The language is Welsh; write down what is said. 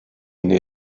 neu